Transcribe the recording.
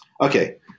Okay